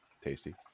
tasty